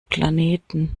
planeten